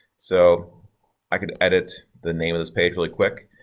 so i could edit the name of this page really quick.